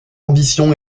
ambition